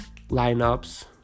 lineups